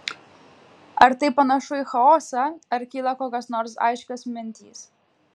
ar tai panašu į chaosą ar kyla kokios nors aiškios mintys